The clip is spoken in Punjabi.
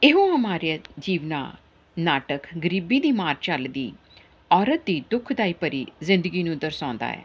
ਇਹੋ ਹਮਾਰਾ ਜੀਵਣਾ ਨਾਟਕ ਗਰੀਬੀ ਦੀ ਮਾਰ ਝੱਲਦੀ ਔਰਤ ਦੀ ਦੁੱਖਦਾਈ ਭਰੀ ਜ਼ਿੰਦਗੀ ਨੂੰ ਦਰਸਾਉਂਦਾ ਹੈ